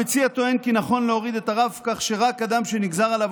המציע טוען כי נכון להוריד את הרף כך שרק אדם שנגזר עליו